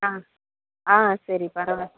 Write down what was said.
அ ஆ சரி பரவா இல்